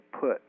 put